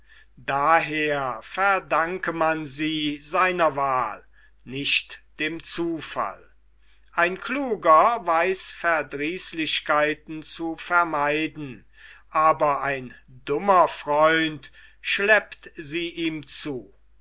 daher verdanke man sie seiner wahl nicht dem zufall ein kluger weiß verdrießlichkeiten zu vermeiden aber ein dummer freund schleppt sie ihm zu